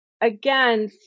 again